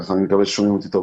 אני מקווה ששומעים טוב.